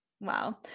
Wow